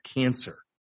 cancer